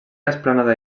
esplanada